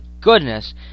goodness